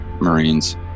Marines